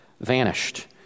vanished